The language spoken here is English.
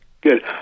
Good